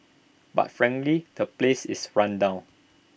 but frankly the place is run down